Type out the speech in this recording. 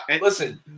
listen